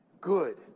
good